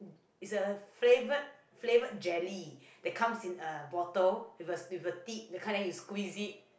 is a flavor flavor jelly they comes in a bottle with a with a thick you kinds of squeeze it